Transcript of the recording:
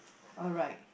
alright